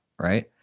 right